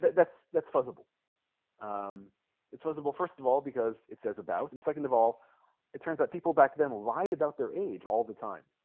that's that's possible it's possible first of all because it says about and second of all it turns out people back then lied about their age all the time